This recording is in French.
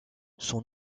son